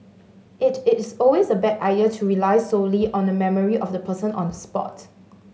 it is always a bad idea to rely solely on the memory of the person on the spot